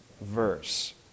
verse